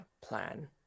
plan